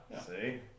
see